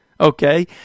okay